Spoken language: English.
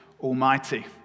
Almighty